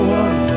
one